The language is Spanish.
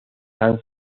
han